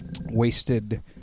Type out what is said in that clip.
wasted